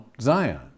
Zion